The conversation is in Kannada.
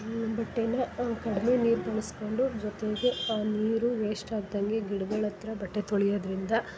ಬಟ್ಟೇನ ಕಡ್ಮೆ ನೀರು ಬಳ್ಸ್ಕೊಂಡು ಜೊತೆಗೆ ಆ ನೀರು ವೇಸ್ಟ್ ಆಗ್ದಂಗೆ ಗಿಡ್ಗಳು ಹತ್ರ ಬಟ್ಟೆ ತೊಳಿಯೋದರಿಂದ